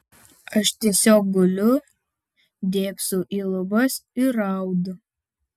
aš tiesiog guliu dėbsau į lubas ir raudu